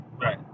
Right